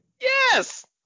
Yes